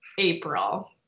April